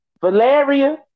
Valeria